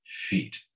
Feet